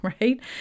right